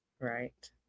Right